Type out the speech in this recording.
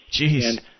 Jeez